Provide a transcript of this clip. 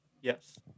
Yes